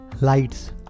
lights